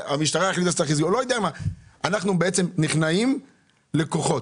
אנחנו בעצם נכנעים לכוחות.